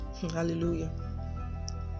Hallelujah